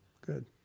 Good